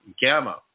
gamma